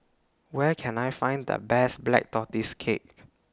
Where Can I Find The Best Black Tortoise Cake